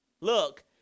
Look